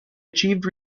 achieved